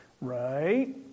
Right